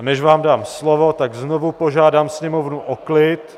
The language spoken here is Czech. Než vám dám slovo, znovu požádám sněmovnu o klid.